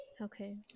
Okay